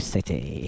City